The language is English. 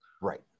Right